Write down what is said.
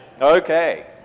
Okay